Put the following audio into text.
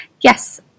Yes